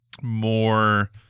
more